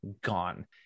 gone